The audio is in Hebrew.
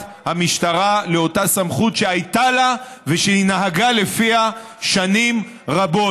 המשטרה באותה סמכות שהייתה לה ושהיא נהגה לפיה שנים רבות.